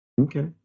Okay